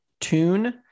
tune